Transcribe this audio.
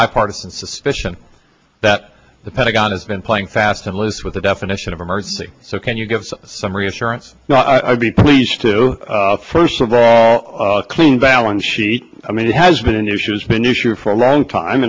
bipartisan suspicion that the pentagon has been playing fast and loose with the definition of emergency so can you give some reassurance i would be pleased to first of all clean balance sheet i mean it has been issues been issue for a long time